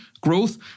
growth